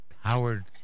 Howard